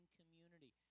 community